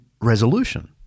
resolution